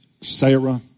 Sarah